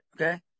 Okay